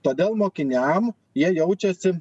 todėl mokiniam jie jaučiasi